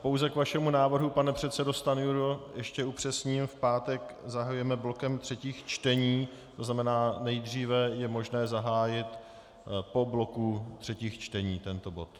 Pouze k vašemu návrhu, pane předsedo Stanjuro, ještě upřesním: V pátek zahajujeme blokem třetích čtení, tzn. nejdříve je možné zahájit po bloku třetích čtení tento bod.